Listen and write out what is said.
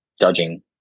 judging